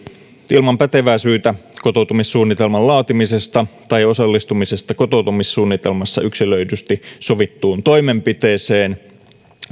ilman pätevää syytä kotoutumissuunnitelman laatimisesta tai osallistumisesta kotoutumissuunnitelmassa yksilöidysti sovittuun toimenpiteeseen